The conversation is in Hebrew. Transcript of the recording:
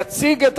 נתקבל.